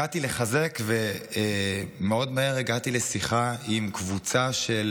הגעתי לחזק, ומאוד מהר הגעתי לשיחה עם קבוצה של